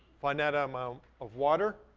find out i'm out of water,